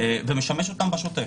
ומשמש אותן בשוטף.